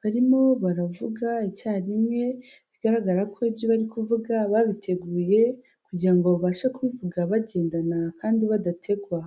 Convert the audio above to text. barimo baravuga icyarimwe, bigaragara ko ibyo bari kuvuga babiteguye kugira ngo babashe kubivuga bagendana kandi badategwa.